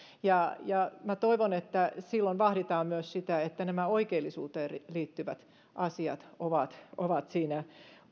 minä toivon että silloin vahditaan myös sitä että nämä oikeellisuuteen liittyvät asiat on siinä